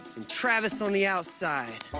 and travis on the outside.